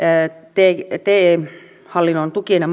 te hallinnon tukien ja